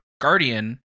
guardian